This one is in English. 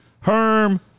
Herm